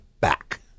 back